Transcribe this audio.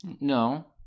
No